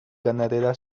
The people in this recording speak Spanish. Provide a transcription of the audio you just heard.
ganadera